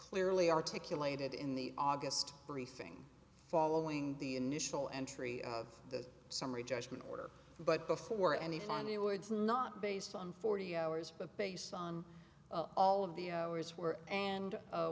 clearly articulated in the august briefing following the initial entry of the summary judgment order but before any final words not based on forty hours but based on all of the hours were and